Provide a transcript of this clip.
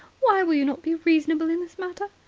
why will you not be reasonable in this matter?